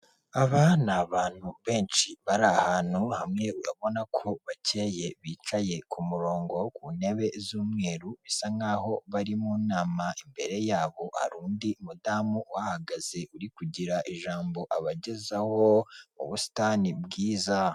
Aba ni abantu benshi bari ahantu hamwe, urabona ko bakeye, bicaye ku murongo, ku ntebe z'umweru, bisa nk'aho bari mu nama, imbere yabo hari undi mudamu uhahagaze, uri kugira ijambo abagezaho mu busitani bwiza.